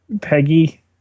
Peggy